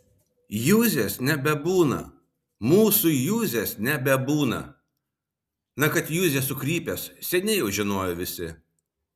juzės nebebūna mūsų juzės nebebūna na kad juzė sukrypęs seniai jau žinojo visi